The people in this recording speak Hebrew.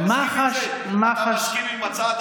אתה מסכים עם הצעד הזה?